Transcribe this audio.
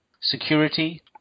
security